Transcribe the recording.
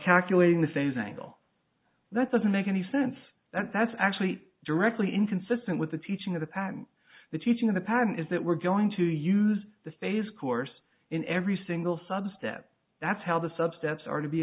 calculating the phase angle that doesn't make any sense that that's actually directly inconsistent with the teaching of the pattern the teaching of the pattern is that we're going to use the phase course in every single sub step that's how the sub steps are to be